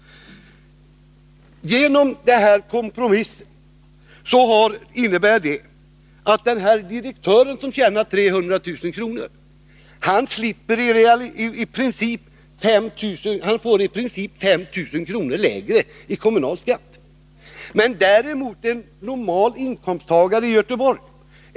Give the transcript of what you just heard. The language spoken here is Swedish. per år. En sådan person får genom den senaste kompromissen 5 000 kr. lägre kommunalskatt än enligt det ursprungliga regeringsförslaget.